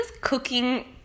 cooking